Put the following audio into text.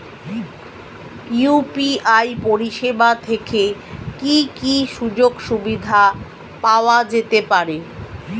UPI পরিষেবা থেকে কি কি সুযোগ সুবিধা পাওয়া যেতে পারে?